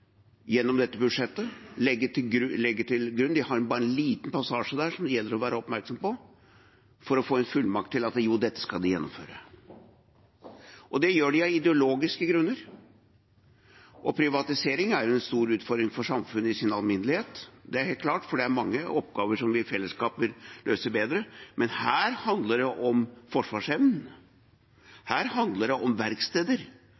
gjennom budsjettet de legger til grunn – de har bare en liten passasje der som det gjelder å være oppmerksom på – få en fullmakt til å gjennomføre dette. Og det gjør de av ideologiske grunner. Privatisering er jo en stor utfordring for samfunnet i sin alminnelighet. Det er helt klart, for det er mange oppgaver som vi vil løse bedre i fellesskap. Men her handler det om